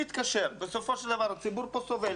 בסופו של דבר הציבור פה סובל,